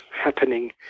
happening